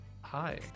hi